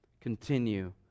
Continue